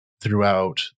throughout